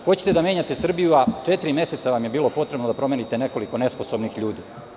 Hoćete da menjate Srbiju, a četiri meseca vam je bilo potrebno da promenite nekoliko nesposobnih ljudi.